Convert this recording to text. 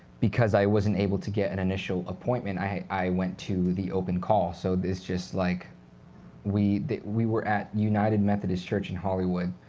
because i wasn't able to get an initial appointment, i went to the open call. so it's just like we we were at united methodist church in hollywood.